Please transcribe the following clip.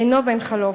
אינו בן-חלוף.